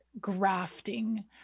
grafting